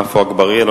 עפו אגבאריה,